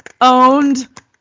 owned